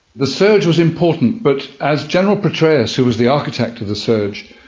the surge was important but, as general petraeus, who was the architect of the surge,